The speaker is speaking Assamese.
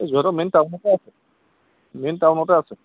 এই যোৰহাটৰ মেইন টাউনতে আছে মেইন টাউনতে আছে